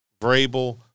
Vrabel